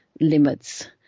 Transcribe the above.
limits